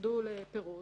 ירדו לפירוט.